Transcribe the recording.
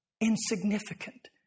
Insignificant